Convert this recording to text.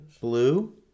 Blue